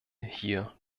hier